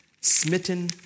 smitten